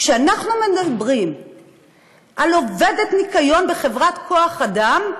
כשאנחנו מדברים על עובדת ניקיון בחברת כוח-אדם,